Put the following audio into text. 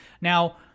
Now